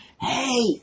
Hey